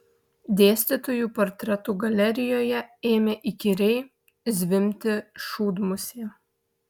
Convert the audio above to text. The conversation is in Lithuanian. dėstytojų portretų galerijoje ėmė įkyriai zvimbti šūdmusė